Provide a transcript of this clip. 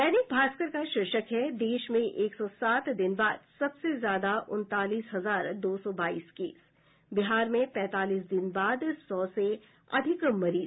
दैनिक भास्कर का शीर्षक है देश में एक सौ सात दिन बाद सबसे ज्यादा उनतालीस हजार दो सौ बाईस केस बिहार में पैंतालीस दिन बाद सौ से अधिक मरीज